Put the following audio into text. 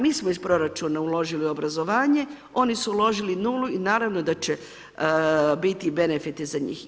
Mi smo iz proračuna uložili obrazovanje, oni su uložili nulu i naravno da će biti benefita za njih.